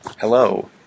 Hello